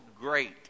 great